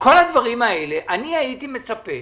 כל הדברים האלה, אני הייתי מצפה